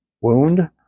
wound